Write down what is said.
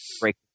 break